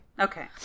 Okay